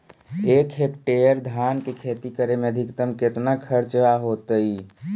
एक हेक्टेयर धान के खेती करे में अधिकतम केतना खर्चा होतइ?